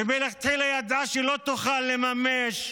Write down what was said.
שמלכתחילה ידעה שלא תוכל לממש.